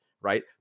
right